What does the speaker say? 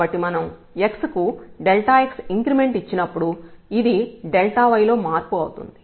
కాబట్టి మనం x కు x ఇంక్రిమెంట్ ఇచ్చినప్పుడు ఇది yలో మార్పు అవుతుంది